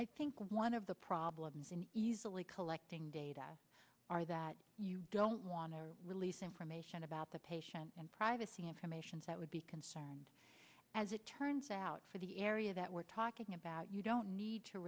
i think one of the problems in usually collecting data are that you don't want to release information about the patient privacy information that would be concerned as it turns out for the area that we're talking about you don't need to